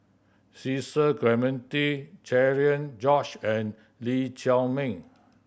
Cecil Clementi Cherian George and Lee Chiaw Meng